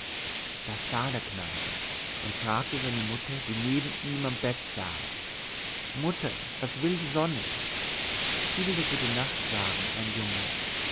das sah der knabe und fragte seine mutter die neben ihm am bett saß mutter was will die sonne sie will dir gute nacht sagen mein junge